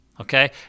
Okay